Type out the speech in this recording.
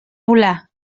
volar